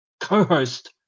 co-host